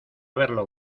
verlo